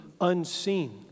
unseen